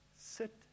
Sit